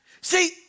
See